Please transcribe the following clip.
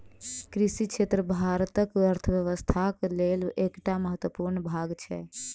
कृषि क्षेत्र भारतक अर्थव्यवस्थाक लेल एकटा महत्वपूर्ण भाग छै